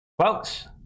Folks